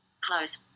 close